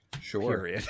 sure